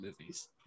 movies